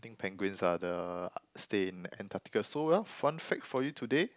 think penguins are the stay in Antarctica so well fun fact for you today